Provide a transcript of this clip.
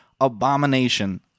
abomination